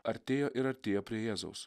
artėjo ir artėjo prie jėzaus